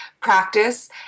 practice